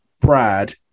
Brad